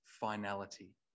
finality